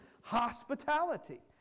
hospitality